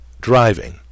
driving